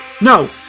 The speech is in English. No